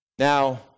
Now